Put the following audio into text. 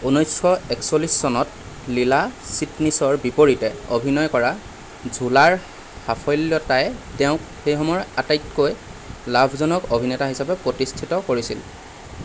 ঊনৈছশ একচল্লিছ চনত লীলা চিটনিছৰ বিপৰীতে অভিনয় কৰা ঝূলাৰ সাফল্যতায়ে তেওঁক সেই সময়ৰ আটাইতকৈ লাভজনক অভিনেতা হিচাপে প্ৰতিষ্ঠিত কৰিছিল